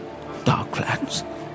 Darklands